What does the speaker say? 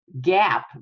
gap